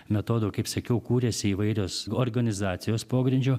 metodų kaip sakiau kūrėsi įvairios organizacijos pogrindžio